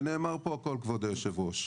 ונאמר פה הכל, כבוד היו"ר.